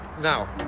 now